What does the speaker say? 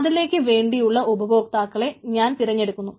അതിലേക്ക് വേണ്ടിയുള്ള ഉപഭോക്താക്കളെ ഞാൻ തിരഞ്ഞെടുക്കുന്നു